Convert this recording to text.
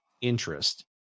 interest